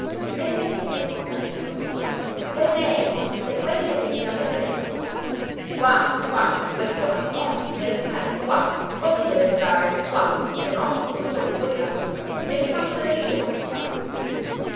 veleno debbono farvi nello stomaco veleno tutte quelle che mi avete rubate qua qua questo mattone deve stare qua così deve stare qua se no vi turo di fuori la buca e vi faccio veder io come si fa